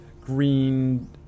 green